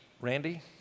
Randy